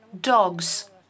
dogs